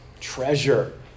treasure